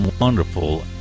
wonderful